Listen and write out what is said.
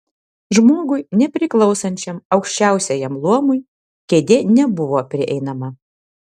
žmogui nepriklausančiam aukščiausiajam luomui kėdė nebuvo prieinama